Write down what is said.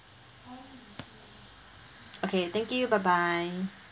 okay thank you bye bye